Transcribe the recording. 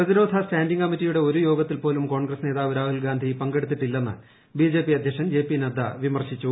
പ്രതിരോധ സ്റ്റാൻഡിംഗ് കമ്മിറ്റിയുടെ ഒരു യോഗത്തിൽ പോലും കോൺഗ്രസ്് നേതാവ് രാഹുൽ ഗാന്ധി പങ്കെടുത്തിട്ടില്ലെന്ന് ബിജെപി അധ്യക്ഷൻ ജെ പി നദ്ദ വിമർശിച്ചു